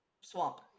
swamp